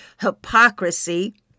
hypocrisy